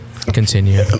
Continue